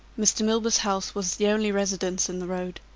mr. milburgh's house was the only residence in the road,